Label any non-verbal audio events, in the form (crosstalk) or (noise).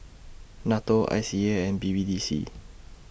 NATO I C A and B B D C (noise)